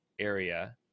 area